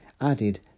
added